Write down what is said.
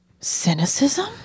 Cynicism